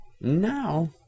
Now